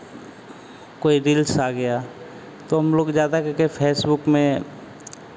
कोई रील्स आ गया तो हम लोग ज़्यादा करके फेसबुक में